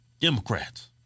Democrats